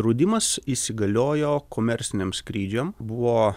draudimas įsigaliojo komerciniams skrydžiam buvo